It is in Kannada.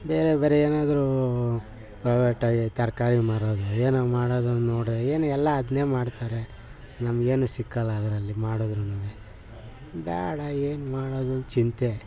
ಬೇರೆ ಬೇರೆ ಏನಾದರೂ ಪ್ರೈವೇಟಾಗಿ ತರಕಾರಿ ಮಾರೋದು ಏನೋ ಮಾಡೋದಂದು ನೋಡಿದೆ ಏನು ಎಲ್ಲ ಅದನ್ನೇ ಮಾಡ್ತಾರೆ ನಮಗೇನು ಸಿಕ್ಕಲ್ಲ ಅದರಲ್ಲಿ ಮಾಡಿದ್ರುನೂ ಬೇಡ ಏನು ಮಾಡೋದು ಚಿಂತೆ